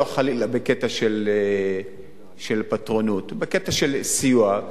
לא חלילה בקטע של פטרונות אלא בקטע של סיוע.